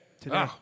Today